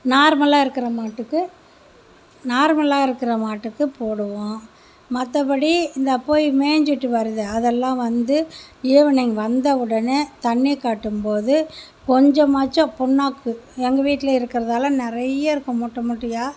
நார்மலாக இருக்கிற மாட்டுக்கு நார்மலாக இருக்கிற மாட்டுக்கு போடுவோம் மற்றபடி இந்த போய் மேஞ்சிவிட்டு வருதே அதெல்லாம் வந்து ஈவினிங் வந்த உடனே தண்ணி காட்டும் போது கொஞ்சமாச்சும் பிண்ணாக்கு எங்கள் வீட்டில் இருக்கிறதால நிறைய இருக்கும் மூட்டை மூட்டையா